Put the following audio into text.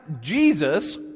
Jesus